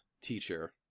teacher